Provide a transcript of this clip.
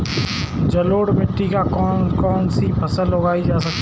जलोढ़ मिट्टी में कौन कौन सी फसलें उगाई जाती हैं?